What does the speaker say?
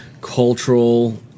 cultural